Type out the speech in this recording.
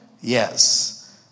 Yes